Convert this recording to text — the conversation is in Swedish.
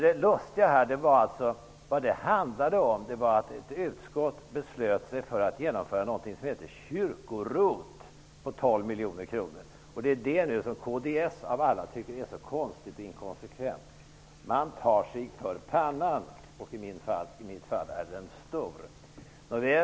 Det lustiga är att det handlar om att ett utskott beslöt sig för att genomföra något som kallas kyrko-ROT på 12 miljoner kronor. Det är detta som kds av alla partier tycker är så konstigt och inkonsekvent. Man tar sig för pannan, och i mitt fall är den stor.